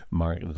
maar